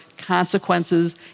consequences